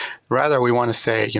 rather, we want to say,